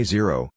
Zero